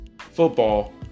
football